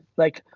like,